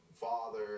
father